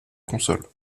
console